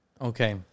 Okay